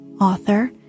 author